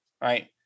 right